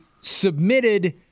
submitted